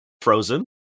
Frozen